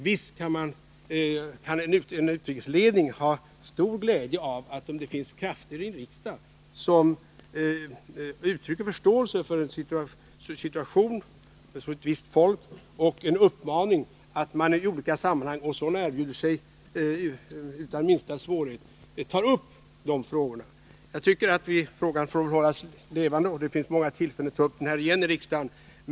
Visst kan en utrikesledning ha stor glädje av att det finns krafter i riksdagen som uttrycker förståelse för ett visst folks situation och uttalar en uppmaning att i olika sammanhang — och sådana erbjuder sig utan minsta svårighet — ta upp de här problemen. Jag tycker att frågan får hållas levande. Det finns många tillfällen att ta upp den igen i riksdagen.